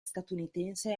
statunitense